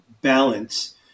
balance